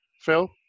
phil